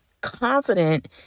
confident